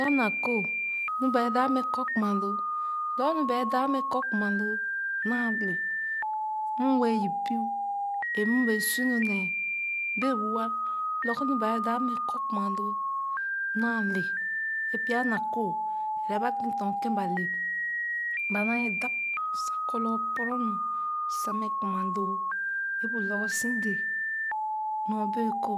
Pya na kooh nu ba ee dap mɛ kɔ kuma loo lorgor nu ba ee dap mɛ kɔ kuma loo naa lee m wɛɛ yip buu ee m bee su nun nee bee-woa lorgor nu bea ee dap mɛ kɔ kuma loo naa lɛɛ ee pya na kooh ɛrɛ ba kèn tɔn kèn ba le ba naa dap sa kɔ lorgor puro nu sa mɛ kaana loo ee bu lorgor su dɛɛ nyɔ bee kɔ